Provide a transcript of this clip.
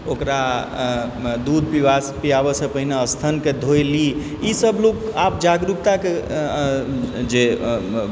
ओकरा दूध पिबासँ पियाबैसँ पहिने स्तनके धो ली ई सब लोक आब जागरूकताके जे